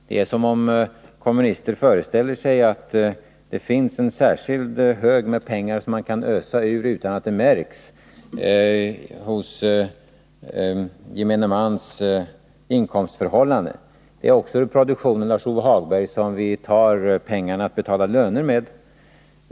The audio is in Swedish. Det är som om kommunister föreställer sig att det finns en särskild hög med pengar som man kan ösa ur utan att det märks i gemene mans inkomstförhållanden. Det är också ur produktionen, Lars-Ove Hagberg, som vi tar pengar att betala löner med.